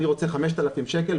אני רוצה 5,000 שקל,